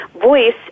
voice